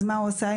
מה הוא יעשה?